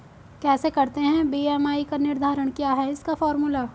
कैसे करते हैं बी.एम.आई का निर्धारण क्या है इसका फॉर्मूला?